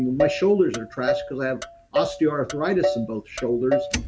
my shoulders are thrashed because i have osteo-arthritis in both shoulders,